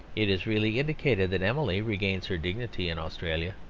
it is really indicated that emily regains her dignity in australia.